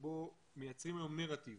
שבה מייצרים היום נרטיב